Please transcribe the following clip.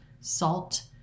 salt